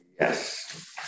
Yes